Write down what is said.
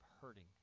Hurting